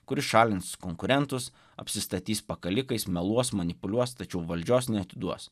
kuris šalins konkurentus apsistatys pakalikais meluos manipuliuos tačiau valdžios neatiduos